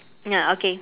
ya okay